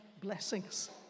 blessings